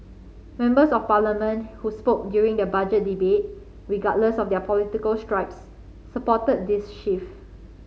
members of Parliament who spoke during the Budget debate regardless of their political stripes supported this shift